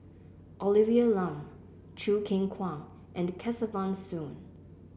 Olivia Lum Choo Keng Kwang and Kesavan Soon